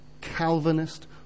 Calvinist